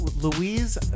Louise